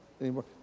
anymore